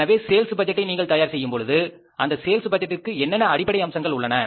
எனவே சேல்ஸ் பட்ஜெட்டை நீங்கள் தயார் செய்யும்பொழுது அந்த சேல்ஸ் பட்ஜெட்டிற்கு என்னென்ன அடிப்படை அம்சங்கள் உள்ளன